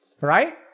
Right